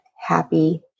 happy